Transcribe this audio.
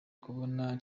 kubona